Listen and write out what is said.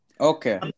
Okay